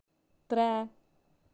त्रै